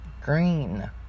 Green